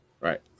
Right